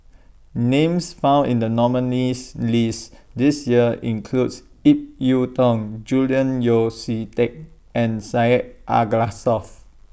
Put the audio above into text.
Names found in The nominees' list This Year includes Ip Yiu Tung Julian Yeo See Teck and Syed Alsagoff